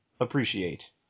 appreciate